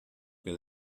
que